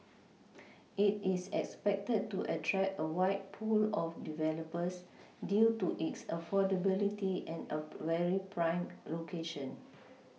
it is expected to attract a wide pool of developers due to its affordability and a very prime location